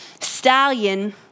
stallion